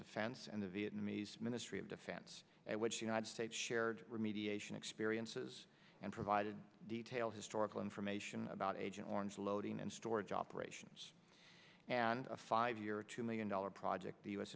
defense and the vietnamese ministry of defense which united states shared remediation experiences and provided detail historical information about agent orange loading and storage operations and a five year two million dollar project the u s